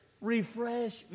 Refresh